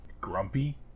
Grumpy